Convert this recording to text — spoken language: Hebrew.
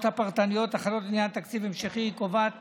הפרטניות החלות לעניין תקציב המשכי: היא קובעת